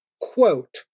quote